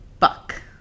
fuck